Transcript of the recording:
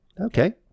okay